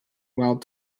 while